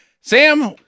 Sam